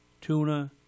tuna